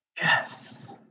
Yes